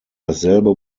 dasselbe